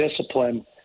discipline